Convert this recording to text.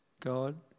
god